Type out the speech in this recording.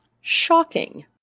Shocking